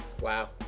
Wow